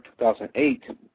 2008